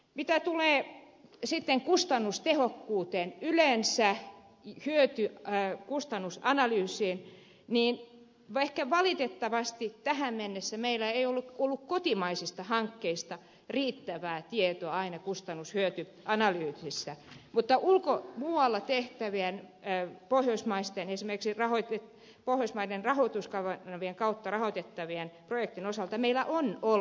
mitä tulee kustannustehokkuuteen yleensä hyötykustannus analyysiin niin valitettavasti tähän mennessä meillä ei ole ollut kotimaisista hankkeista aina riittävää kustannushyöty analyysia mutta muualla tehtävien esimerkiksi pohjoismaiden rahoituskanavien kautta rahoitettavien projektien osalta meillä on ollut sitä